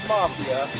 Mafia